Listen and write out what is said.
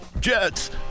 Jets